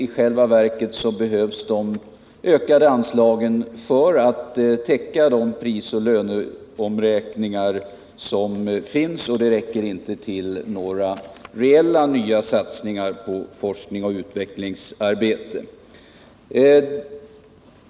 I själva verket behövs de ökade anslagen för att täcka prisoch löneuppräkningar, och de räcker inte till några reella nya satsningar på forskningsoch utvecklingsarbete.